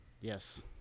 Yes